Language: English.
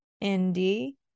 Indy